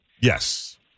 Yes